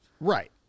right